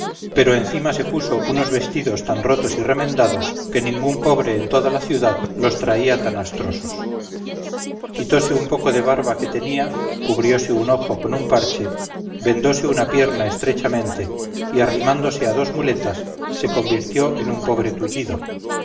pero encima se puso unos vestidos tan rotos y remendados que ningún pobre en toda la ciudad los traía tan astrosos quitóse un poco de barba que tenía cubrióse un ojo con un parche vendóse una pierna estrechamente y arrimándose a dos muletas se convirtió en un pobre tullido